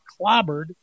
clobbered